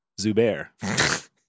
Zubair